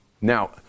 Now